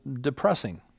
depressing